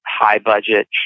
high-budget